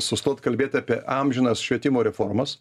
sustot kalbėt apie amžinas švietimo reformas